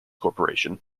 corporation